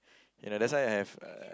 you know that's why I have a